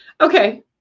Okay